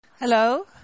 Hello